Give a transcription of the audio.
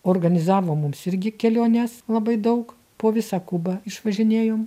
organizavo mums irgi keliones labai daug po visą kubą išvažinėjom